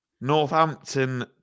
Northampton